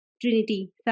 trinity